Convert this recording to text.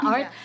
Art